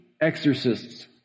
exorcists